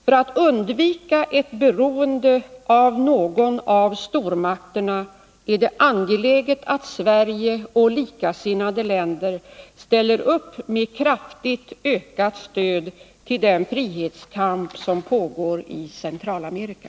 För att undvika ett beroende av någon av stormakterna är det angeläget att Sverige och likasinnade länder ställer upp med kraftigt ökat stöd till den frihetskamp som pågår i Centralamerika.